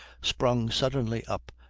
sprung suddenly up,